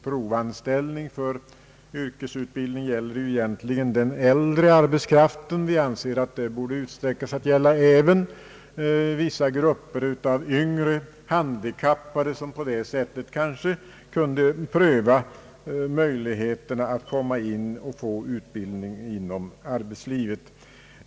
Provanställning för yrkesutbildning gäller egentligen den äldre arbetskraften, men vi anser att möjligheten till bidrag bör ökas till att gälla även vissa grupper av yngre handikappade, som på det sättet kanske skulle kunna få möjlighet till utbildning inom arbetslivet.